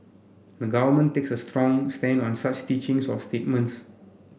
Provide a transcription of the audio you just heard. the Government takes a strong stand on such teachings or statements